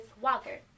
Walker